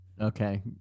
Okay